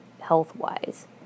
health-wise